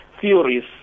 theories